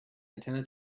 antenna